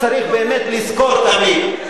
לזכור תמיד,